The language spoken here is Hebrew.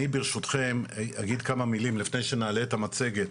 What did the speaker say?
אני ברשותכם, אגיד כמה מילים טרם נעלה את המצגת